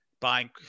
buying